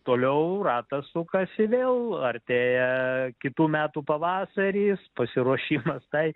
toliau ratas sukasi vėl artėja kitų metų pavasaris pasiruošimas tai